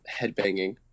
headbanging